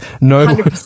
no